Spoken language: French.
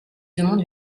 demande